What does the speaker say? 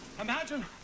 Imagine